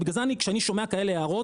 ובגלל זה כשאני שומע כאלו הערות,